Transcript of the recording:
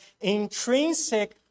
intrinsic